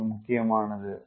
இது முக்கியமானது